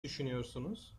düşünüyorsunuz